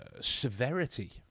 severity